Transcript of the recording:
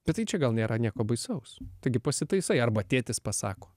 bet tai čia gal nėra nieko baisaus taigi pasitaisai arba tėtis pasako